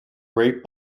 great